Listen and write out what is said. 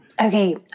Okay